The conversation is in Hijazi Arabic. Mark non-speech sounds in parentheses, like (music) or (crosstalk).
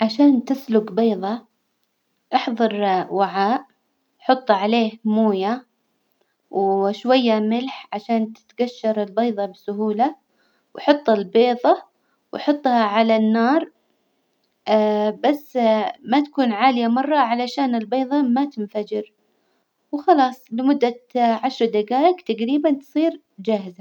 عشان تسلج بيظة إحظر وعاء حط عليه موية وشوية ملح عشان تتجشر البيظة بسهولة، وحط البيظة وحطها على النار (hesitation) بس (hesitation) ما تكون عالية مرة علشان البيظة ما تنفجر، وخلاص لمدة عشر دجايج تجريبا تصير جاهزة.